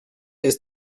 ist